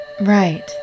Right